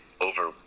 over